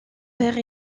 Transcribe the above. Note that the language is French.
père